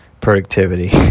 productivity